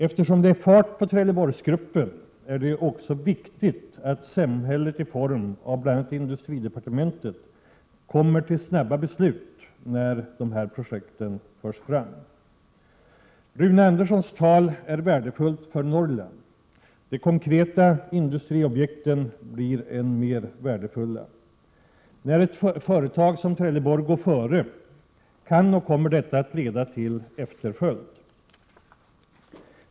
Eftersom det är fart på Trelleborgsgruppen är det också viktigt att samhället, bl.a. industridepartementet, fattar snabba beslut när projekten förs fram. Rune Anderssons tal är värdefullt för Norrland. De konkreta industriobjekten blir än mer värdefulla. När ett företag som Trelleborg går före, kan och kommer detta att leda till efterföljd.